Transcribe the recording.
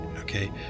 okay